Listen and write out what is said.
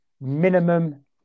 minimum